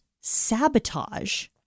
sabotage